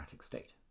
state